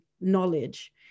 knowledge